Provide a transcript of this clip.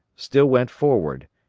still went forward,